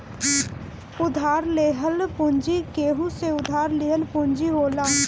उधार लेहल पूंजी केहू से उधार लिहल पूंजी होला